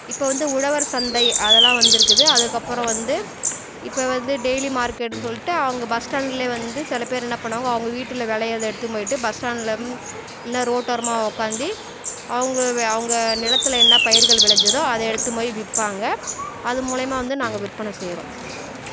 இப்போ வந்து உழவர் சந்தை அதெல்லாம் வந்துருக்குது அதற்கப்பறம் வந்து இப்போ வந்து டெயிலி மார்க்கெட்டுன்னு சொல்லிட்டு அங்கே பஸ் ஸ்டாண்டுலயே வந்து சிலப்பேர் என்ன பண்ணுவாங்க அவங்க வீட்டில விளையுறத எடுத்துன்னு போயிவிட்டு பஸ் ஸ்டாண்ட்டில இல்லை ரோட்டோரமாக உக்காந்தி அவங்க அவங்க நிலத்தில் என்ன பயிர்கள் விளஞ்சிதோ அதை எடுத்துன்னு போய் விற்பாங்க அது மூலியமாக வந்து நாங்கள் விற்பனை செய்யிறோம்